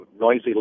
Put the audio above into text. noisy